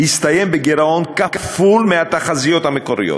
הסתיים בגירעון כפול מהתחזיות המקוריות,